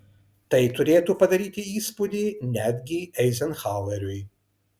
tai turėtų padaryti įspūdį netgi eizenhaueriui